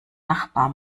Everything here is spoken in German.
nachbar